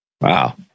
Wow